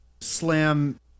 slam